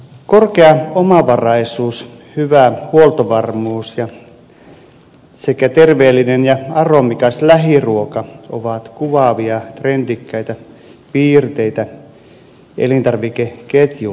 korkea omavaraisuus hyvä huoltovarmuus sekä terveellinen ja aromikas lähiruoka ovat kuvaavia trendikkäitä piirteitä elintarvikeketjullemme